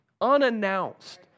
unannounced